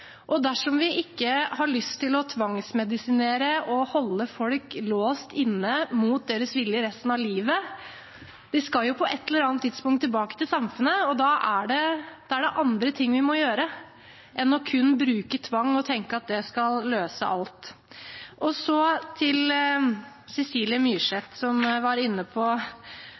dersom vi ikke har lyst til å tvangsmedisinere og holde folk låst inne mot deres vilje resten av livet. De skal jo på et eller annet tidspunkt tilbake til samfunnet, og da er det andre ting vi må gjøre enn kun å bruke tvang og tenke at det skal løse alt. Så til Cecilie Myrseth, som var inne på